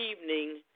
Evening